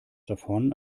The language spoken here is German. davon